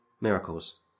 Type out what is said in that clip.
miracles